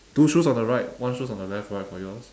two shoes on the right one shoes on the left right for yours